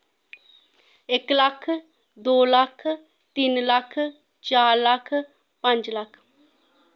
इक्क लक्ख दो लक्ख तिन्न लक्ख चार लक्ख पंज लक्ख